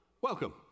welcome